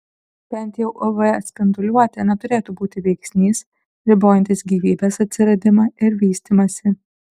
bent jau uv spinduliuotė neturėtų būti veiksnys ribojantis gyvybės atsiradimą ir vystymąsi